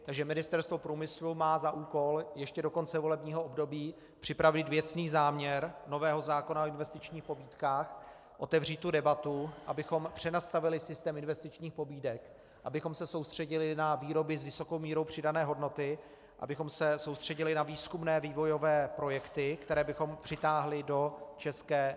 Takže Ministerstvo průmyslu má za úkol ještě do konce volebního období připravit věcný záměr nového zákona o investičních pobídkách, otevřít debatu, abychom přenastavili systém investičních pobídek, abychom se soustředili na výroby s vysokou mírou přidané hodnoty, abychom se soustředili na výzkumné a vývojové projekty, které bychom přitáhli do ČR.